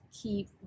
keep